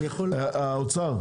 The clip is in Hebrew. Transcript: האוצר,